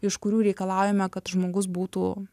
iš kurių reikalaujame kad žmogus būtų